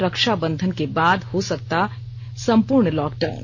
रक्षाबंधन के बाद हो सकता संपूर्ण लॉकडाउन